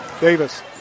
Davis